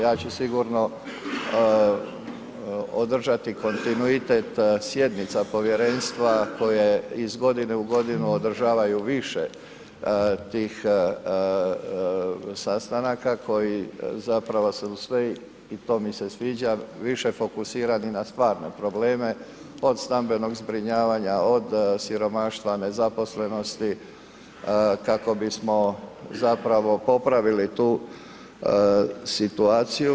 Ja ću sigurno održati kontinuitet sjednica povjerenstva koje iz godine u godinu održavaju više tih sastanaka koji zapravo su sve i to mi se sviđa više fokusirani na stvarne probleme, od stambenog zbrinjavanja, od siromaštva, nezaposlenosti, kako bismo zapravo popravili tu situaciju.